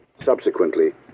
Subsequently